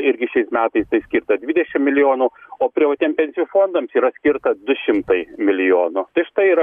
irgi šiais metais tai skirta dvidešimt milijonų o privatiem pensijų fondams yra skirta du šimtai milijonų tai štai yra